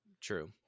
True